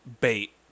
bait